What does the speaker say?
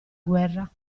guerra